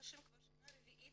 נשים כזאת כבר שנה רביעית.